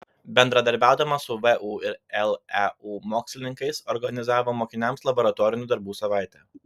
bendradarbiaudama su vu ir leu mokslininkais organizavo mokiniams laboratorinių darbų savaitę